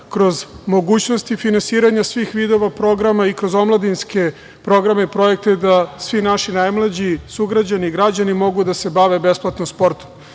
kroz mogućnosti finansiranja svih vidova programa i kroz omladinske programe i projekte da svi naši najmlađi sugrađani, građani mogu da se bave besplatno sportom. Svesni